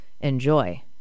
Enjoy